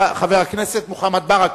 חבר הכנסת מוחמד ברכה,